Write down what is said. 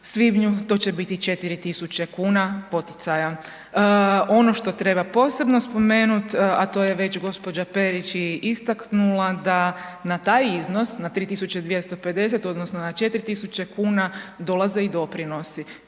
svibnju to će biti 4000 kuna poticaja. Ono što treba posebno spomenuti, a to je već gđa. Perić i istaknula, da na taj iznos, na 3250 odnosno na 4000 kuna dolaze i doprinosi